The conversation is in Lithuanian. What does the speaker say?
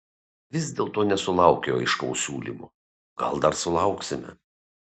vis dėlto nesulaukiau aiškaus siūlymo gal dar sulauksime